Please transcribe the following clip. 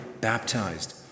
baptized